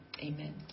amen